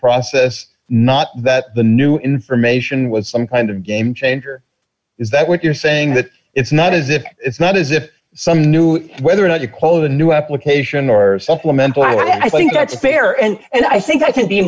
process not that the new information was some kind of game changer is that what you're saying that it's not as if it's not as if some new whether or not to quote a new application or supplemental our i think that's a fair and and i think i can be